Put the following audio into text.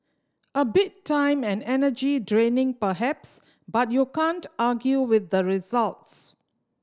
a bit time and energy draining perhaps but you can't argue with the results